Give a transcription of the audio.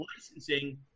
Licensing